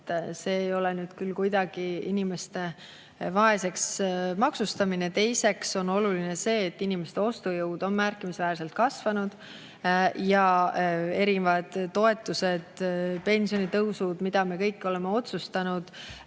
See ei ole nüüd küll kuidagi inimeste vaeseks maksustamine. Teiseks on oluline see, et inimeste ostujõud on märkimisväärselt kasvanud ja erinevad toetused, pensionitõusud, mida me kõik oleme otsustanud,